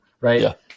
Right